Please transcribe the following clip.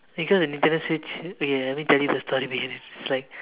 because an internet switch okay let me tell you the story behind it is like